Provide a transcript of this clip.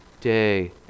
day